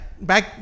Back